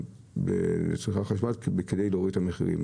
בצריכת חשמל כדי להוריד את המחירים,